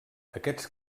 aquests